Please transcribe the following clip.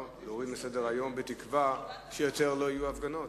להוריד מסדר-היום, בתקווה שיותר לא יהיו הפגנות?